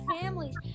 families